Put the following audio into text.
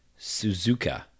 suzuka